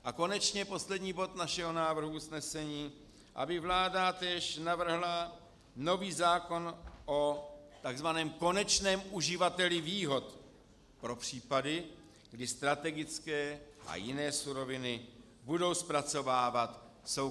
A konečně poslední bod našeho návrhu usnesení, aby vláda též navrhla nový zákon o tzv. konečném uživateli výhod pro případy, kdy strategické a jiné suroviny budou zpracovávat soukromé právnické osoby.